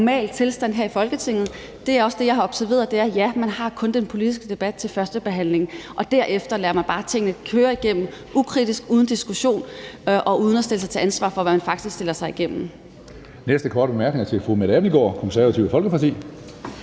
normal tilstand her i Folketinget, er også det, jeg har observeret. Ja, man har kun den politiske debat til førstebehandlingen. Derefter lader man bare tingene køre igennem ukritisk og uden diskussion og uden at blive stillet til ansvar for, hvad man faktisk lader gå igennem.